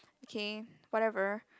okay whatever